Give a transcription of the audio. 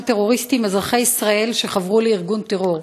טרוריסטים אזרחי ישראל שחברו לארגון טרור?